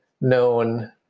known